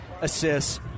assists